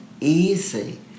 easy